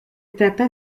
trata